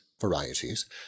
varieties